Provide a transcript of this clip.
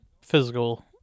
physical